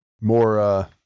more